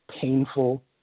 painful